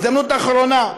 הזדמנות אחרונה.